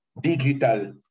digital